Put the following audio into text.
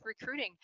recruiting